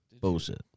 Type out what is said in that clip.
Bullshit